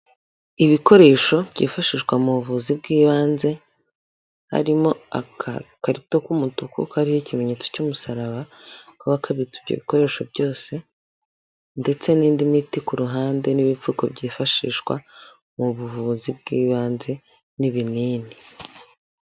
Ibikoresho byifashishwa mu buvuzi bw'ibanze, harimo aga karito k'umutuku kariho ikimenyetso cy'umusaraba kaba kabitse ibyo bikoresho byose, ndetse n'indi miti ku ruhande n'ibipfuko byifashishwa mu buvuzi bw'ibanze n'ibinini.